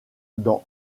dans